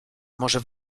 może